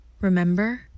Remember